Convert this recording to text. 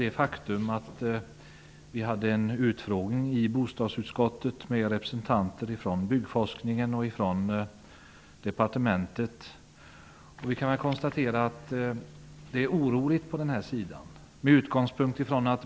Vi hade en utfrågning i bostadsutskottet med representanter från byggforskningen och departementet, och vi kan konstatera att det är oroligt på den här sidan.